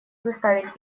заставить